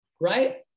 right